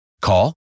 Call